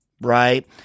right